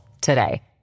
today